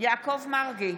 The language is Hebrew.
יעקב מרגי,